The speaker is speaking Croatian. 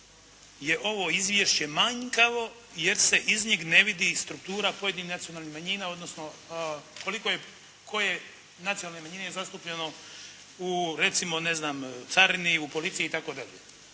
je ovo izvješće manjkavo jer se iz njeg ne vidi struktura pojedinih nacionalnih manjina odnosno koliko je koje nacionalne manjine je zastupljeno u recimo, ne znam, carini, u policiji i